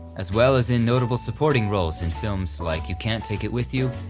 as well as in notable supporting roles in films like you can't take it with you,